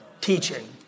teaching